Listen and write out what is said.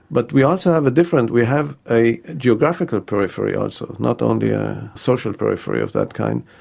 but we also have a different. we have a geographical periphery also, not only a social periphery of that kind.